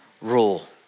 rule